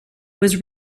was